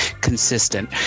consistent